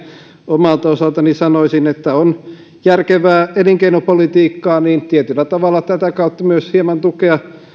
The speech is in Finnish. omalta osaltani sanoisin että on järkevää elinkeinopolitiikkaa tietyllä tavalla tätä kautta myös hieman tukea